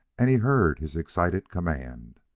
and he heard his excited command